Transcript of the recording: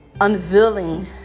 unveiling